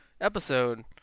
episode